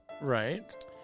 Right